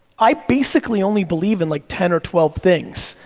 i basically only believe in like ten or twelve things,